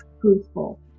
truthful